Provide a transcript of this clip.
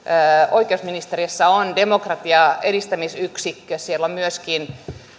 oikeusministeriössä on demokratian edistämisyksikkö